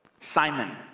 Simon